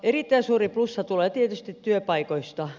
erittäin suuri plussa tulee tietysti työpaikoista